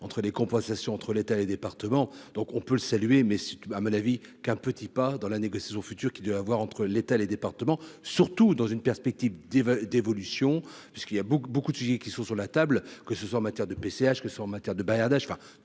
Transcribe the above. entre les compensations entre l'État, les départements, donc on peut le saluer, mais à mon avis qu'un petit pas dans la négociation future, qui doit avoir entre l'État, les départements, surtout dans une perspective des d'évolution puisqu'il y a beaucoup, beaucoup de sujets qui sont sur la table, que ce soit en matière de PCH que soit en matière de bavardages,